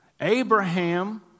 Abraham